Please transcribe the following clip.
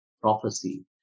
prophecy